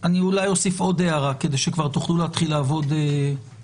אני אולי אוסיף עוד הערה כדי שכבר תוכלו להתחיל לעבוד בדרך.